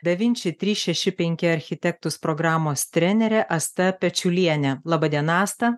da vinči trys šeši penki architektus programos trenerė asta pečiulienė laba diena asta